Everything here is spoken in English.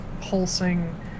pulsing